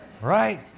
right